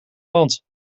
land